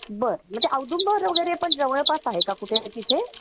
बर मग ते औदुंबर वगैरे पण जवळपास आहे का कुठे तिथे